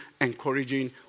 encouraging